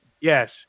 Yes